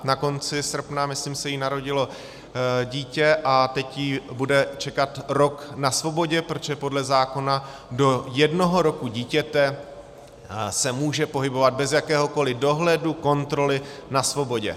Na konci srpna, myslím si, se jí narodilo dítě a teď ji bude čekat rok na svobodě, protože podle zákona do jednoho roku dítěte se může pohybovat bez jakéhokoli dohledu, kontroly, na svobodě.